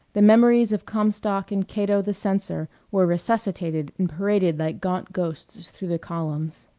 the memories of comstock and cato the censor were resuscitated and paraded like gaunt ghosts through the columns.